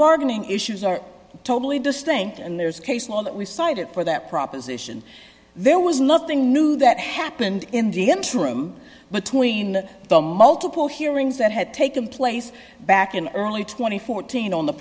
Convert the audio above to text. bargaining issues are totally distinct and there's case law that was cited for that proposition there was nothing new that happened in the interim between the multiple hearings that had taken place back in early two thousand and fourteen on the